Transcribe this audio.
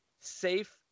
safe